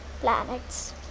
planets